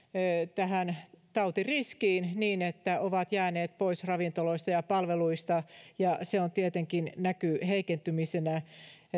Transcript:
tähän tautiriskiin niin että ovat jääneet pois ravintoloista ja palveluista ja se tietenkin näkyy heikentymisenä